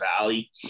valley